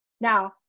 Now